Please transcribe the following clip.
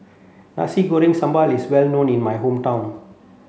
Nasi Goreng Sambal is well known in my hometown